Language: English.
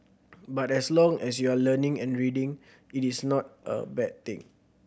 but as long as you are learning and reading it is not a bad thing